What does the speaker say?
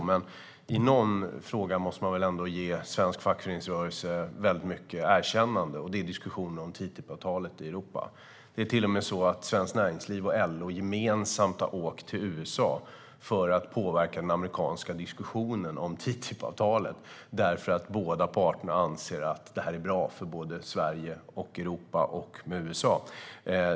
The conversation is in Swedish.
I en fråga måste man dock ändå ge svensk fackföreningsrörelse mycket erkännande, och det är diskussionen om TTIP-avtalet i Europa. Svenskt Näringsliv och LO har till och med gemensamt åkt till USA för att påverka den amerikanska diskussionen om TTIP-avtalet, därför att båda parterna anser att det är bra för såväl Sverige och Europa som USA.